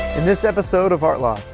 in this episode of art loft,